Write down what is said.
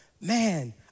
man